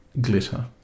glitter